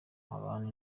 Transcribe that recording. abane